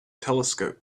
telescope